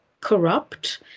corrupt